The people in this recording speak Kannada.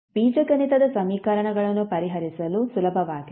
ಬೀಜಗಣಿತದ ಸಮೀಕರಣಗಳನ್ನು ಪರಿಹರಿಸಲು ಸುಲಭವಾಗಿದೆ